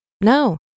No